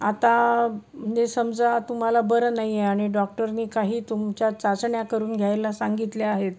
आता जे समजा तुम्हाला बरं नाही आहे आणि डॉक्टरने काही तुमच्या चाचण्या करून घ्यायला सांगितल्या आहेत